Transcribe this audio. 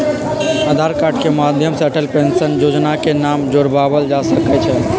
आधार card के माध्यम से अटल पेंशन जोजना में नाम जोरबायल जा सकइ छै